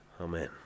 Amen